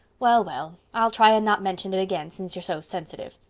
well, well, i'll try and not mention it again since you're so sensitive.